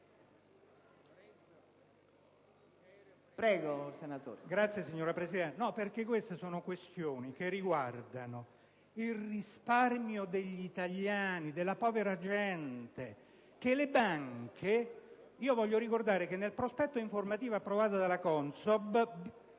Signora Presidente, si tratta di questioni che riguardano il risparmio degli italiani e della povera gente. Voglio ricordare che nel prospetto informativo approvato dalla CONSOB